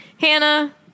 Hannah